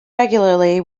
regularly